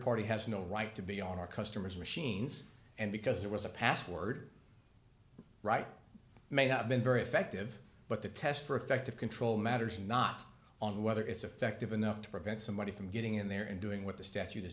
party has no right to be on our customer's machines and because it was a password right may have been very effective but the test for effective control matters not on whether it's effective enough to prevent somebody from getting in there and doing what the statute is